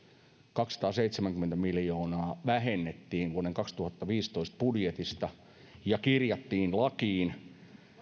kaksisataaseitsemänkymmentä miljoonaa vähennettiin vuoden kaksituhattaviisitoista budjetista ja kirjattiin lakiin